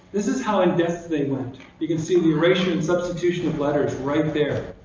this is how in-depth they went. you can see the erasure and substitution of letters right there.